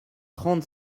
trente